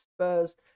Spurs